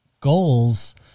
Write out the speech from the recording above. goals